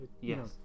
yes